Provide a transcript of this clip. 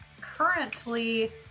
currently